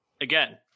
Again